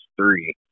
three